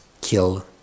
kill